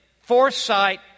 foresight